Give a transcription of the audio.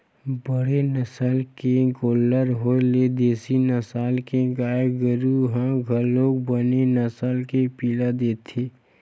बने नसल के गोल्लर होय ले देसी नसल के गाय गरु ह घलोक बने नसल के पिला देथे